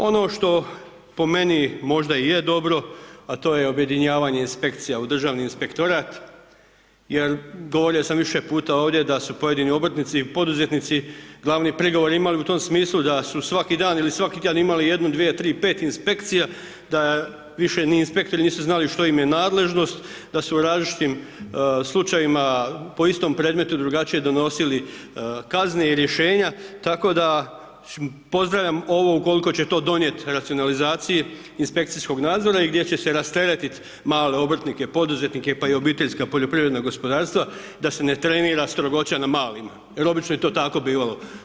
Ono što, po meni i je dobro, a to je objedinjavanje inspekcija u Državni inspektorat jer, govorio sam više puta ovdje, da su pojedini obrtnici i poduzetnici, glavni prigovor imali u tom smislu da su svaki dan ili svaki tjedan imali jednu, dvije, tri, pet inspekcija, da više ni inspektori nisu znali što im je nadležnost, da su u različitim slučajevima po istom predmetu, drugačije donosili kazne i rješenja, tako da pozdravljam ovo ukoliko će to donijeti racionalizaciji inspekcijskog nadzora i gdje će se rasteretit malo obrtnike, poduzetnike, pa i obiteljska poljoprivredna gospodarstva, da se ne trenira strogoća na malima jer obično je to tako bivalo.